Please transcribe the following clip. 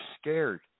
scared